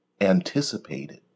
anticipated